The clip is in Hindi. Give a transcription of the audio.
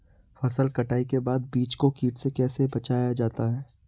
फसल कटाई के बाद बीज को कीट से कैसे बचाया जाता है?